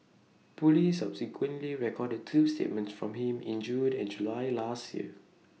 Police subsequently recorded two statements from him in June and July last year